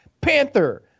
panther